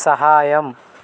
సహాయం